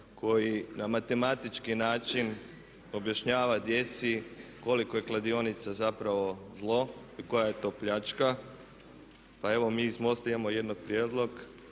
koji na matematički način objašnjava djeci koliko je kladionica zapravo zlo i koja je to pljačka. Pa evo mi iz MOST-a imamo jedan prijedlog